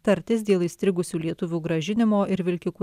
tartis dėl įstrigusių lietuvių grąžinimo ir vilkikų